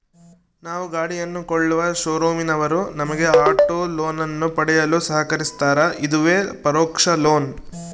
ನಾವು ಗಾಡಿಯನ್ನು ಕೊಳ್ಳುವ ಶೋರೂಮಿನವರು ನಮಗೆ ಆಟೋ ಲೋನನ್ನು ಪಡೆಯಲು ಸಹಕರಿಸ್ತಾರ, ಇದುವೇ ಪರೋಕ್ಷ ಲೋನ್